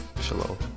Shalom